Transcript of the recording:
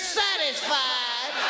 satisfied